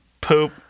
poop